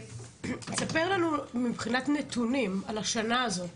ספר לנו מבחינת נתונים על השנה הזו,